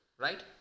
Right